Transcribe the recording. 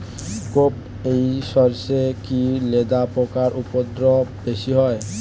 কোপ ই সরষে কি লেদা পোকার উপদ্রব বেশি হয়?